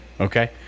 Okay